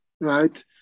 right